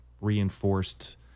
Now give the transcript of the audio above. reinforced